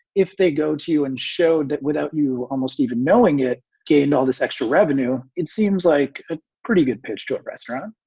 if they go to you and show that without you almost even knowing it gained all this extra revenue, it seems like a pretty good pitch to a restaurant